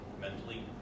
mentally